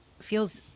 feels